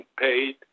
paid